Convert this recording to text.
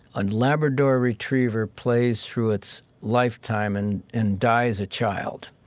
and labrador retriever plays through its lifetime and and dies a child.